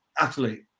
athlete